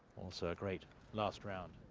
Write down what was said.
also great last round.